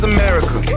America